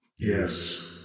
Yes